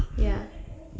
ya